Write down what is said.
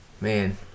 Man